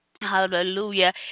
hallelujah